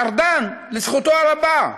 ארדן, לזכותו הרבה,